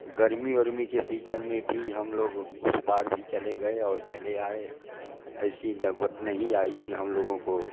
गर्मी वर्मी के सीजन में भी हम लोग उस पार भी चले गए और चले आए ऐसी नौबत नहीं आई कि हम लोगों को